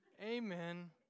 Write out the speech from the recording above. Amen